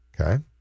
Okay